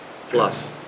plus